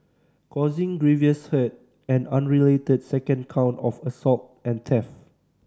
causing grievous hurt an unrelated second count of assault and theft